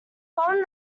following